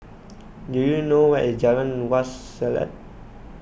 do you know where is Jalan Wak Selat